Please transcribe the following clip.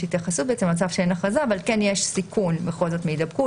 התייחסות למצב שאין הכרזה אבל כן יש סיכון בכל זאת מהידבקות.